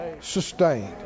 sustained